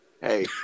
hey